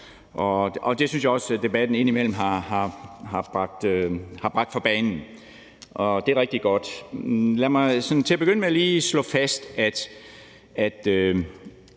det synes jeg også at debatten indimellem har bragt på bane, og det er rigtig godt. Lad mig til at begynde med lige slå fast,